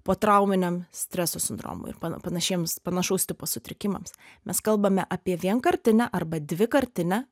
potrauminiam streso sindromui ir panašiems panašaus tipo sutrikimams mes kalbame apie vienkartinę arba dvikartinę